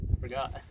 forgot